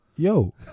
Yo